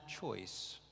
choice